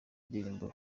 indirimbo